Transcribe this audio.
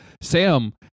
sam